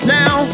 now